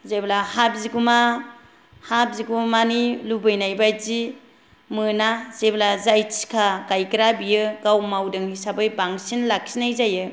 जेब्ला हा बिगोमा हा बिगोमानि लुगैनाय बायदि मोना जेब्ला जाय थिखा गायग्रा बियो गाव मावदों हिसाबै बांसिन लाखिनाय जायो